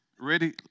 Ready